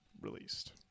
released